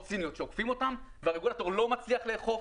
סיניות שעוקפים אותן והרגולטור לא מצליח לאכוף.